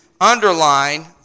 underline